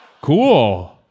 Cool